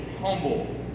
humble